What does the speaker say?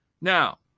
Now